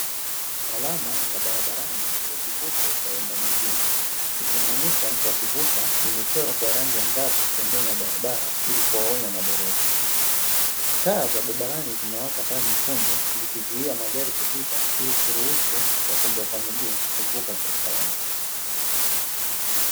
Alama ya barabarani ya kivuko cha waenda miguu, ikimuonyesha mtu akivuka. Imechorwa kwa rangi angavu pembeni ya barabara, ili kuwaonya madereva. Taa za barabarani zimewaka taa nyekundu, zikizuia magari kupita, ili kuruhusu watembea kwa miguu kuvuka kwa usalama.